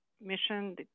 mission